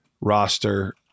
roster